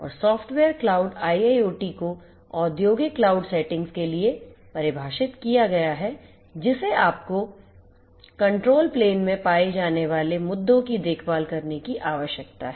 और software cloud IIoT को औद्योगिक क्लाउड सेटिंग्स के लिए परिभाषित किया गया है जिसे आपको नियंत्रण प्लेन में पाए जाने वाले मुद्दों की देखभाल करने की आवश्यकता है